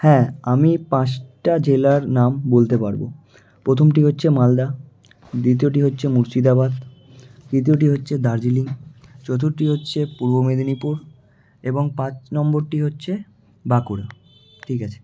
হ্যাঁ আমি পাঁচটা জেলার নাম বলতে পারব প্রথমটি হচ্ছে মালদা দ্বিতীয়টি হচ্ছে মুর্শিদাবাদ তৃতীয়টি হচ্ছে দার্জিলিং চতুর্থটি হচ্ছে পূর্ব মেদিনীপুর এবং পাঁচ নম্বরটি হচ্ছে বাঁকুড়া ঠিক আছে